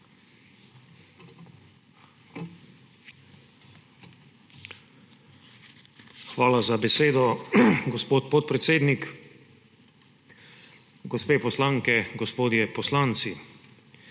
Hvala za besedo, gospod podpredsednik. Gospe poslanke, gospodje poslanci!